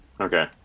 Okay